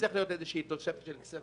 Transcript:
שתצטרך להיות תוספת של כספים,